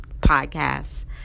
podcasts